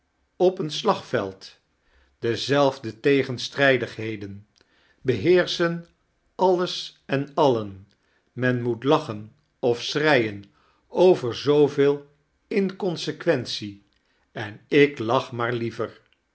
op een slagveld dezelfde tegenstrijdigheden beheersch'en alles en alien men moet lachem of schreien over zooveel inconsequentie en ik laoh maar liever